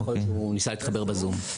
הוא ניסה להתחבר בזום.